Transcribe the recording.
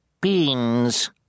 Beans